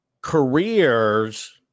careers